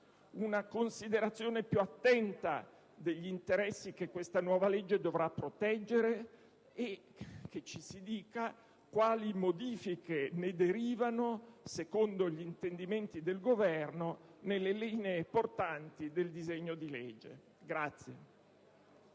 una considerazione più attenta degli interessi che questa nuova legge dovrà proteggere. Vorrei che ci venisse anche chiarito quali modifiche ne derivano, secondo gli intendimenti del Governo, nelle linee portanti del disegno di legge.